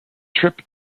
trip